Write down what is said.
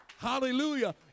Hallelujah